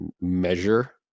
measure